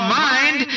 mind